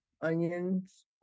onions